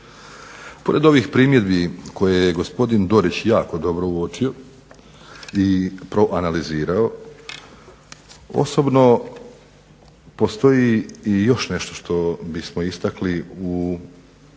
Pored ovih primjedbi koje je gospodin Dorić jako dobro uočio i proanalizirao osobno postoji i još nešto što bismo istakli kao